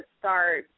start